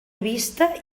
vista